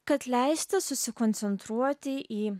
kad leisti susikoncentruoti į